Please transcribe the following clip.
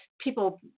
people